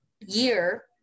year –